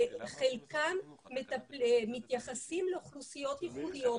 חלקם מתייחסים לאוכלוסיות ייחודית,